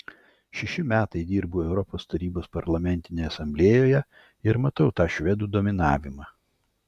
šešti metai dirbu europos tarybos parlamentinėje asamblėjoje ir matau tą švedų dominavimą